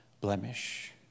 blemish